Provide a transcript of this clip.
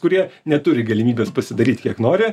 kurie neturi galimybės pasidaryt kiek nori